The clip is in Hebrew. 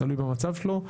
תלוי במצב שלו.